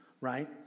right